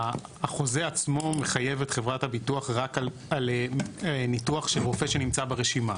החוזה עצמו מחייב את חברת הביטוח רק על ניתוח של רופא שנמצא ברשימה.